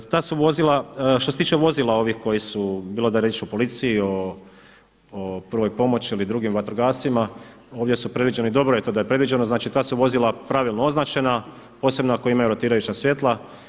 Ta su vozila, što se tiče vozila ovih koji su, bilo da je riječ o policiji, o prvoj pomoći ili drugim vatrogascima, ovdje su predviđeni, dobro je to da je predviđeno, znači ta su vozila pravilno označena, posebno ako imaju rotirajuća svjetla.